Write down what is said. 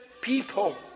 people